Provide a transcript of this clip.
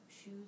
shoes